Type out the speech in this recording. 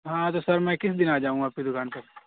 ہاں تو سر میں کس دن آ جاؤں آپ کی دکان پہ